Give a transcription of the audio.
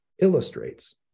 illustrates